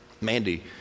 Mandy